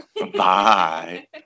Bye